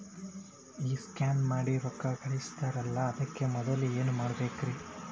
ಈ ಸ್ಕ್ಯಾನ್ ಮಾಡಿ ರೊಕ್ಕ ಕಳಸ್ತಾರಲ್ರಿ ಅದಕ್ಕೆ ಮೊದಲ ಏನ್ ಮಾಡ್ಬೇಕ್ರಿ?